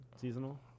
Seasonal